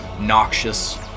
noxious